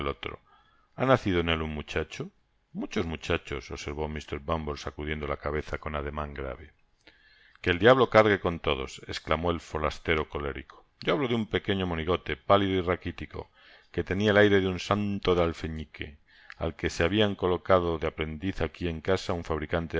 ha nacido en él un muchachof muohos muchachos observó mr bumble sacudiendo la cabeza con ademan grave que el diablo cargue con todos esclamó el forastero colérico yo hablo de un pequeño monigote pálido y raquitico que tenia el aire de un sanio de alfeñique al que se habia colocado de aprendiz aquí en casa un fabricante